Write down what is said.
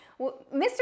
Mr